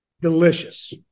Delicious